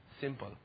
simple